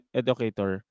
educator